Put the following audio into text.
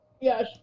Yes